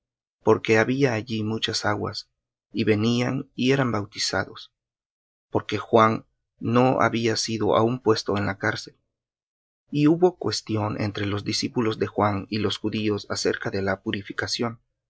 salim porque había allí muchas aguas y venían y eran bautizados porque juan no había sido aún puesto en la cárcel y hubo cuestión entre los discípulos de juan y los judíos acerca de la purificación